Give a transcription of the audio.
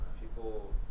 People